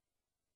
אמרו